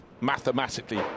mathematically